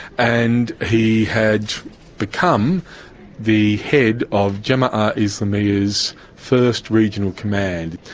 and he had become the head of jemaah islamiyah's first regional command.